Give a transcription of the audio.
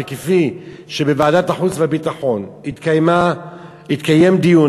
וכפי שבוועדת החוץ והביטחון התקיים דיון,